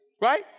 right